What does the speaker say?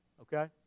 okay